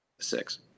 six